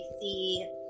see